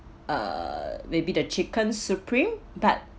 uh maybe the chicken supreme but